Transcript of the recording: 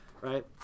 right